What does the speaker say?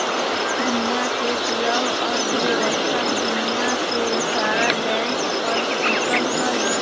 दुनिया के पूरा अर्थव्यवस्था दुनिया के सारा बैंके पर टिकल हई